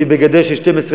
כי גדר של 12 מטר,